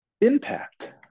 impact